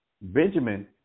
Benjamin